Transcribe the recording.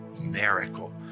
miracle